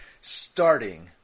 Starting